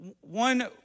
One